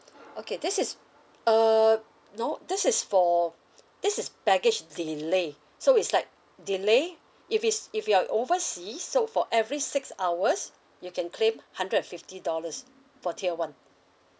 okay this is uh no this is for this is baggage delay so is like delay if it's if you're overseas so for every six hours you can claim hundred and fifty dollars for tier one